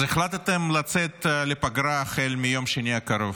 אז החלטתם לצאת לפגרה החל מיום שני הקרוב.